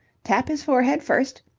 tap his forehead first,